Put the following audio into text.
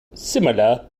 similar